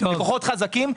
לקוחות חזקים,